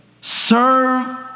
Serve